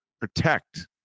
protect